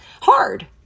hard